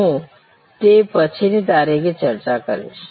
હું તે પછીની તારીખે ચર્ચા કરીશ